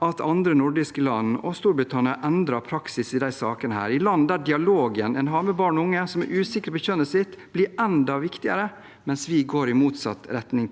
at andre nordiske land og Storbritannia har endret praksis i disse sakene – land der dialogen en har med barn og unge som er usikre på kjønnet sitt, blir enda viktigere, mens vi går i motsatt retning.